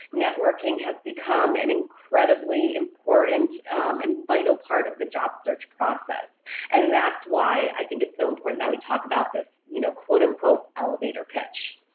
networking has become an incredibly important and vital part of the job search process and that's why i think it's so important that we talk about this you know quote-unquote elevator pitch.